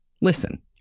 listen